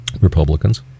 Republicans